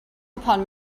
upon